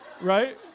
right